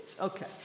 okay